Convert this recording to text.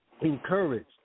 encouraged